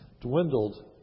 dwindled